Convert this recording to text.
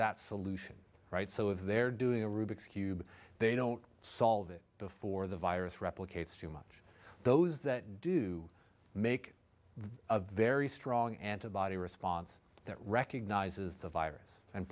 that solution right so if they're doing a rubik's cube they don't solve it before the virus replicates too much those that do make a very strong antibody response that recognizes the virus and